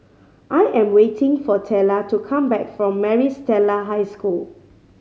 I am waiting for Tella to come back from Maris Stella High School